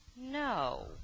no